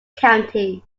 county